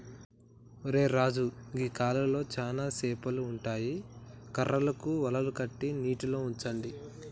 ఒరై రాజు గీ కాలువలో చానా సేపలు ఉంటాయి కర్రలకు వలలు కట్టి నీటిలో ఉంచండి